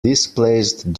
displaced